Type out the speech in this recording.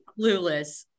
clueless